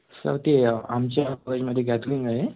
sir ते आमच्या कॉलेजमध्ये गॅदलिंग आहे